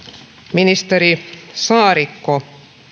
ministeri saarikko